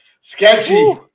Sketchy